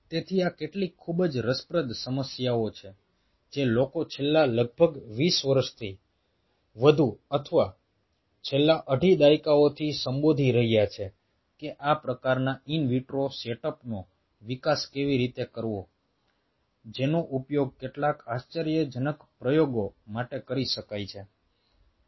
તેથી આ કેટલીક ખૂબ જ રસપ્રદ સમસ્યાઓ છે જે લોકો છેલ્લા લગભગ વીસ વર્ષથી વધુ અથવા છેલ્લા અઢી દાયકાઓથી સંબોધી રહ્યા છે કે આ પ્રકારના ઈન વિટ્રો સેટઅપનો વિકાસ કેવી રીતે કરવો જેનો ઉપયોગ કેટલાક આશ્ચર્યજનક પ્રયોગો માટે કરી શકાય છે